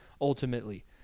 ultimately